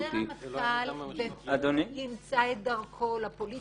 --- רמטכ"ל ימצא את דרכו לפוליטיקה